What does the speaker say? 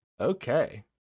Okay